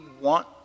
want